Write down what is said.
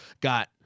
got